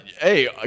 Hey